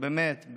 באמת,